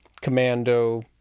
Commando